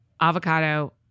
avocado